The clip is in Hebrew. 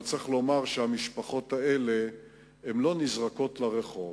אבל צריך לומר שהמשפחות האלה לא נזרקות לרחוב.